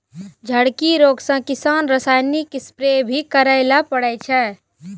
झड़की रोग से किसान रासायनिक स्प्रेय भी करै ले पड़ै छै